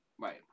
Right